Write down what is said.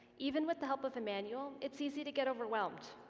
even with the help of a manual it's easy to get overwhelmed.